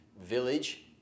village